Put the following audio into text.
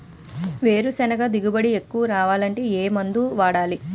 వేరుసెనగ దిగుబడి ఎక్కువ రావాలి అంటే ఏ మందు వాడాలి?